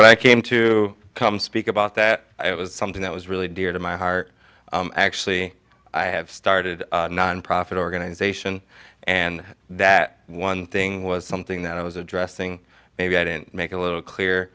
when i came to come speak about that it was something that was really dear to my heart actually i have started a nonprofit organization and that one thing was something that i was addressing maybe i didn't make it a little clear